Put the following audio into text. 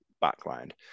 background